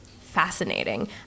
fascinating